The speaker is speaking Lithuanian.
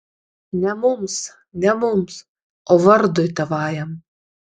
ne mums ne mums o vardui tavajam